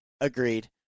agreed